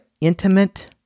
intimate